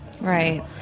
Right